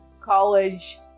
college